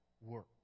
work